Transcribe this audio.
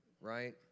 right